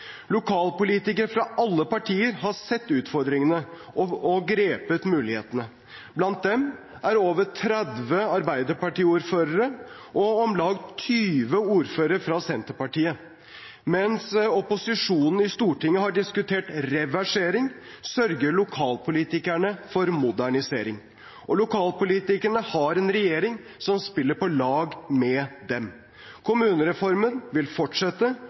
Lokalpolitikere fra alle partier har sett utfordringene og grepet mulighetene. Blant dem er over 30 Arbeiderparti-ordførere og om lag 20 ordførere fra Senterpartiet. Mens opposisjonen i Stortinget har diskutert reversering, sørger lokalpolitikerne for modernisering. Og lokalpolitikerne har en regjering som spiller på lag med dem. Kommunereformen vil fortsette,